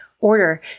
order